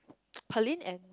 Pearlyn and